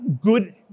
good